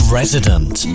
resident